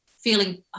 feeling